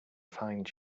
find